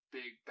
big